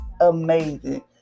amazing